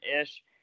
ish